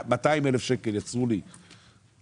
200,000 שקלים יצרו לי רווח,